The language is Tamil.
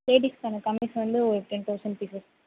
லேடீஸ்க்கான கம்மீஸ் வந்து ஒரு டென் தௌசண்ட் பீசஸ்